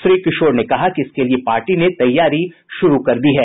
श्री किशोर ने कहा कि इसके लिए पार्टी ने तैयारी शुरू कर दी है